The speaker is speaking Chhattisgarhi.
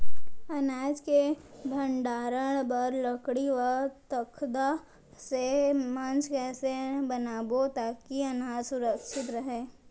अनाज के भण्डारण बर लकड़ी व तख्ता से मंच कैसे बनाबो ताकि अनाज सुरक्षित रहे?